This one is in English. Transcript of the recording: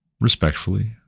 respectfully